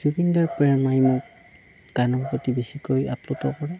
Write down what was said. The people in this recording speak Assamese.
জুবিনদাৰ প্ৰেৰণাই মোক গানৰ প্ৰতি বেছিকৈ আপ্লুত কৰে